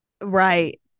right